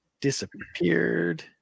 disappeared